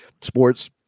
Sports